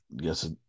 Yes